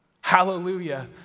Hallelujah